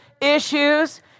issues